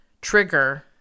trigger